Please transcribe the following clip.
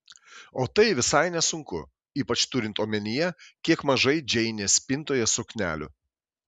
o tai visai nesunku ypač turint omenyje kiek mažai džeinės spintoje suknelių